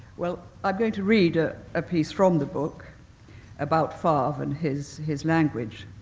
well, i'm going to read a ah piece from the book about fav and his his language.